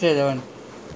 we cannot consider that